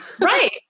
Right